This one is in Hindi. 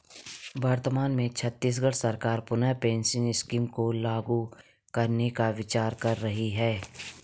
वर्तमान में छत्तीसगढ़ सरकार पुनः पेंशन स्कीम को लागू करने का विचार कर रही है